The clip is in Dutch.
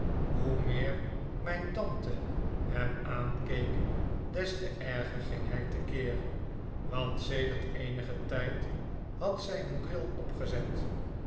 hoe meer mijn tante hem aankeek des te erger ging hij te keer want sedert eenigen tijd had zij een bril ppgezet